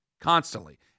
constantly